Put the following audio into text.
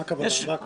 למה הכוונה?